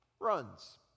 Runs